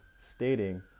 stating